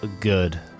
good